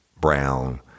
Brown